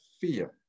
fear